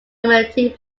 amenity